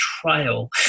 trial